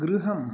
गृहम्